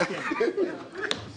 ביטול ולחילופי חילופין הקפאה.